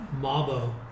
Mabo